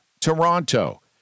Toronto